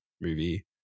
movie